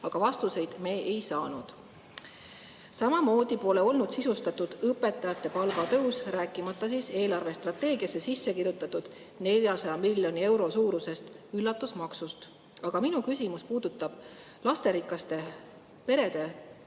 aga vastuseid me ei saanud. Samamoodi pole olnud sisustatud õpetajate palgatõus, rääkimata eelarvestrateegiasse sisse kirjutatud 400 miljoni euro suurusest üllatusmaksust. Aga minu küsimus puudutab lasterikaste perede